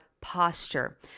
posture